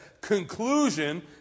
conclusion